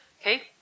Okay